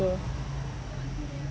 sure